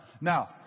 Now